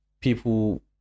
people